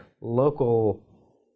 local